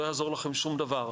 לא יעזור לכם שום דבר,